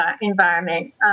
environment